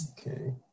Okay